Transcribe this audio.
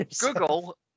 Google